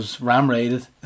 ram-raided